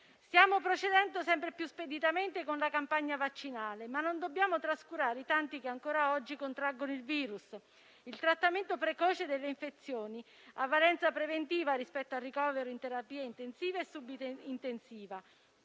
Stiamo procedendo sempre più speditamente con la campagna vaccinale, ma non dobbiamo trascurare i tanti che ancora oggi contraggono il virus. Il trattamento precoce delle infezioni ha valenza preventiva rispetto al ricovero in terapia intensiva e sub-intensiva.